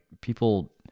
people